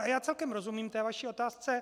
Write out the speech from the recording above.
Já celkem rozumím vaší otázce.